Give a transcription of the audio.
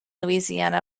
louisiana